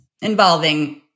involving